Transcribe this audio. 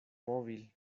móvil